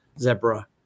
Zebra